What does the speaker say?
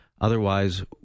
otherwise